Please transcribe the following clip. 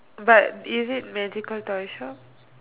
but is it magical toy shop